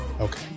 okay